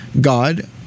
God